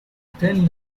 pin